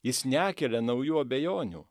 jis nekelia naujų abejonių